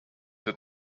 had